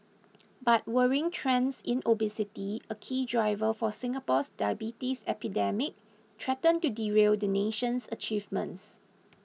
but worrying trends in obesity a key driver for Singapore's diabetes epidemic threaten to derail the nation's achievements